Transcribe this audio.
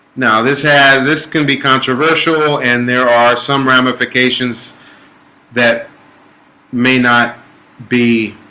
now this has this can be controversial and there are some ramifications that may not be